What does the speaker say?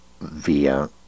via